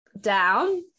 down